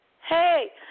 Hey